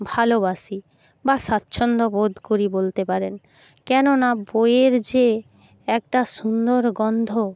ভালোবাসি বা স্বাচ্ছন্দ্য বোধ করি বলতে পারেন কেননা বইয়ের যে একটা সুন্দর গন্ধ